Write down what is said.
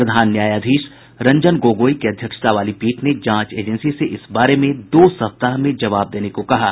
प्रधान न्यायाधीश रंजन गोगोई की अध्यक्षता वाली पीठ ने जांच एजेंसी से इस बारे में दो सप्ताह में जवाब देने को कहा है